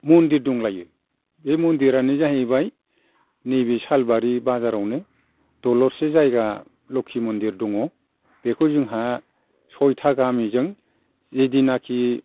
मन्दिर दंलायो बे मन्दिरानो जाहैबाय नैबे सालबारि बाजारावनो दलरसे जायगा लोखि मन्दिर दङ बेखौ जोंहा सयथा गामिजों जैदिनाखि